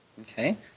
Okay